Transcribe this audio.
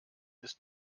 ist